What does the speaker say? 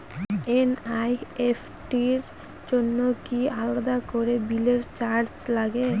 NEFT র জন্য কি আলাদা করে বিলের সাথে চার্জ লাগে?